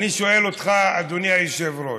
אני שואל אותך, אדוני היושב-ראש,